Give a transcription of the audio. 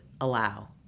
allow